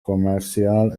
commercial